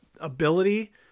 ability